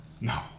No